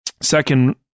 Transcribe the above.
Second